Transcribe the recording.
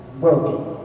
broken